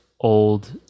old